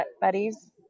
buddies